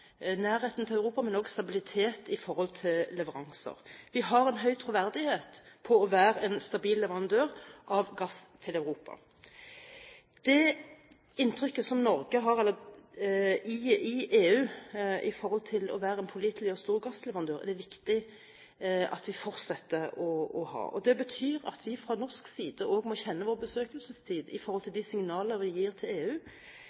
nærheten til Europa, men også stabilitet når det gjelder leveranser. Vi har en høy troverdighet som en stabil leverandør av gass til Europa. Det inntrykket EU har av Norge som en pålitelig og stor gassleverandør, er det viktig at de fortsetter å ha. Det betyr at vi fra norsk side også må kjenne vår besøkelsestid når det gjelder de signaler vi gir til EU om at vi også i